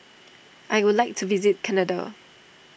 I would like to visit Canada